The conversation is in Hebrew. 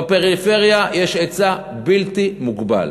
בפריפריה יש היצע בלתי מוגבל.